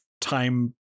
time